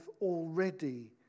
already